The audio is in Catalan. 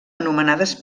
anomenades